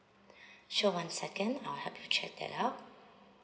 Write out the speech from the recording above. sure one second I'll check that out